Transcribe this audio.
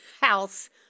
House